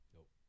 Nope